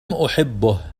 أحبه